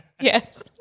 Yes